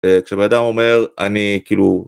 כשבנאדם אומר, אני, כאילו